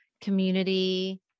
community